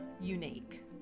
unique